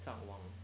上网